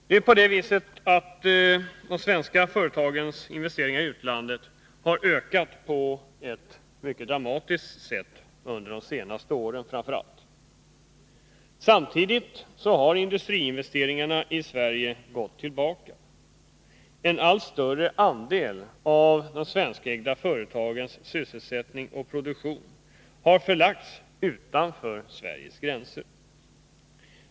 De svenska företagens investeringar i Nr 113 utlandet har ökat på ett mycket dramatiskt sätt under framför allt de senaste åren. Samtidigt har industriinvesteringarna i Sverige gått tillbaka. En allt större andel av de svenskägda företagens sysselsättning och produktion har förlagts utanför Sveriges gränser.